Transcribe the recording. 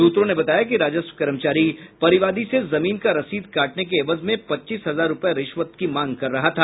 सूत्रों ने बताया कि राजस्व कर्मचारी परिवादी से जमीन का रसीद काटने के एवज में पच्चीस हजार रुपये रिश्वत की मांग कर रहा था